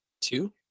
two